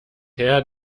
herr